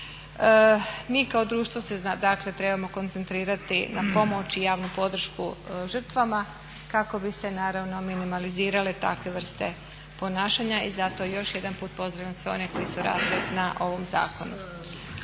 Mi kao društvo se dakle trebamo koncentrirati na pomoć i javnu podršku žrtvama kako bi se naravno minimalizirale takve vrste ponašanja i zato još jedanput pozdravljam sve one koji su radili na ovom zakonu.